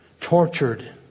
tortured